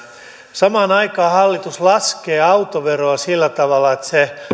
samaan aikaan hallitus laskee autoveroa sillä tavalla että se